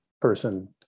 person